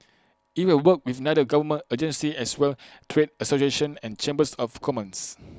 IT will work with other government agencies as well trade associations and chambers of commerce